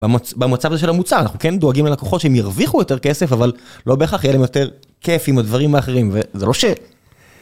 במצב הזה של המוצר, אנחנו כן דואגים ללקוחות שהם ירוויחו יותר כסף, אבל לא בהכרח יהיה להם יותר כיף עם הדברים האחרים, וזה לא ש...